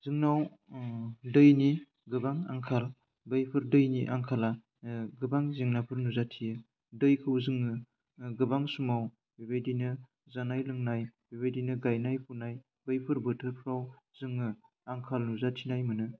जोंनाव दैनि गोबां आंखाल बैफोर दैनि आंखाला गोबां जेंनाफोर नुजाथियो दैखौ जोङो गोबां समाव बेबायदिनो जानाय लोंनाय बेबायदिनो गायनाय फुनाय बेफोर बोथोरफ्राव जोङो आंखाल नुजाथिनाय मोनो